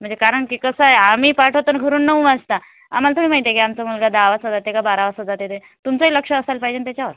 म्हणजे कारण की कसं आहे आम्ही पाठवताना घरून नऊ वाजता आम्हाला थोडी माहिती आहे का आमचा मुलगा दहा वाजता जाते की बारा वाजता जाते ते तुमचंही लक्ष असायला पाहिजे ना त्याच्यावर